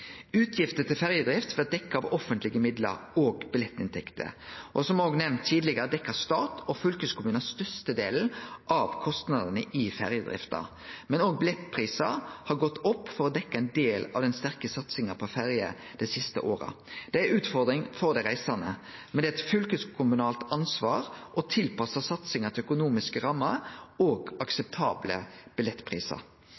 Utgifter til ferjedrift blir dekte av offentlege midlar og billettinntekter. Som nemnt tidlegare dekkjer stat og fylkeskommune størstedelen av kostnadene til ferjedrifta, men billettprisane har òg gått opp for å dekkje ein del av den sterke satsinga på ferjer dei siste åra. Det er ei utfordring for dei reisande, men det er eit fylkeskommunalt ansvar å tilpasse satsinga til økonomiske rammer og